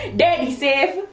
daddy's safe!